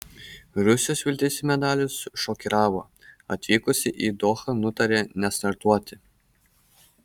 rusijos viltis į medalius šokiravo atvykusi į dohą nutarė nestartuoti